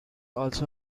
also